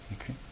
okay